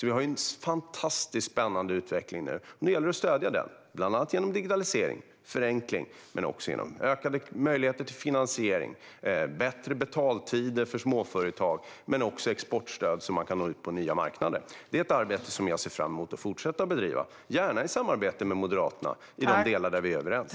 Vi har alltså en fantastiskt spännande utveckling nu. Det gäller att stödja den, bland annat genom digitalisering och förenkling men också genom ökade möjligheter till finansiering, bättre betaltider för småföretag samt exportstöd, så att företag kan nå ut på nya marknader. Detta är ett arbete som jag ser fram emot att fortsätta bedriva, gärna i samarbete med Moderaterna i de delar där vi är överens.